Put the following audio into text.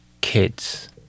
Kids